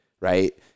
right